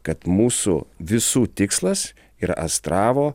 kad mūsų visų tikslas yra astravo